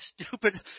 stupid